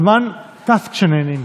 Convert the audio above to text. הזמן טס כשנהנים.